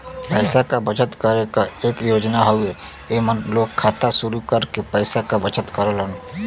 पैसा क बचत करे क एक योजना हउवे एमन लोग खाता शुरू करके पैसा क बचत करेलन